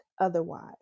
otherwise